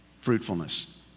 Fruitfulness